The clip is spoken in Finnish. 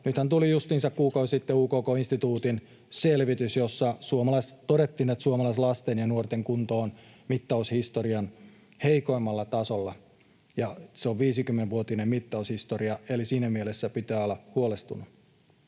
Nythän tuli justiinsa kuukausi sitten UKK-instituutin selvitys, jossa todettiin, että suomalaislasten ja ‑nuorten kunto on mittaushistorian heikoimmalla tasolla. Ja se on 50-vuotinen mittaushistoria, eli siinä mielessä pitää olla huolestunut.